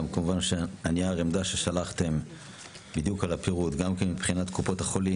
שלחתם נייר עמדה בדיוק על הפירוט: גם מבחינת קופות החולים,